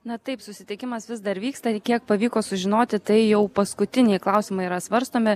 na taip susitikimas vis dar vyksta i kiek pavyko sužinoti tai jau paskutiniai klausimai yra svarstomi